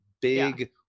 big